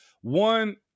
One